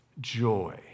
joy